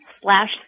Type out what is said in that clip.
slash